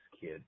kid